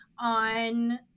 on